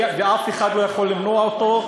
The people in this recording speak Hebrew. ואף אחד לא יכול למנוע אותו.